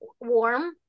warm